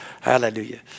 Hallelujah